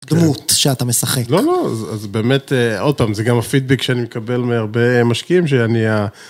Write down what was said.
דמות שאתה משחק. לא, לא, אז באמת, עוד פעם, זה גם הפידבק שאני מקבל מהרבה משקיעים, שאני...